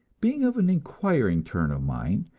being of an inquiring turn of mind,